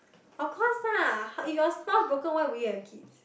of course ah if your spouse broke up why would you have kids